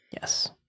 Yes